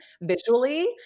visually